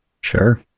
Sure